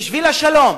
בשביל השלום,